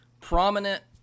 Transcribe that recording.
prominent